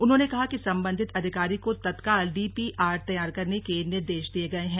उन्होंने कहा कि सम्बन्धित अधिकारी को तत्काल डीपीआर तैयार करने के निर्देश दिये गये है